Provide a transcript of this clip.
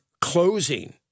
closing